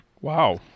Wow